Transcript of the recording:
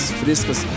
frescas